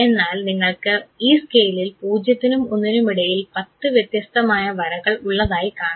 എന്നാൽ നിങ്ങൾക്ക് ഈ സ്കെയിലിൽ പൂജ്യത്തിനും ഒന്നിനും ഇടയിൽ 10 വ്യത്യസ്തമായ വരകൾ ഉള്ളതായി കാണാം